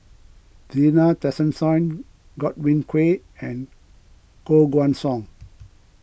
Zena Tessensohn Godwin Koay and Koh Guan Song